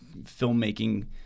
filmmaking